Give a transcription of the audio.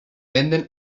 venden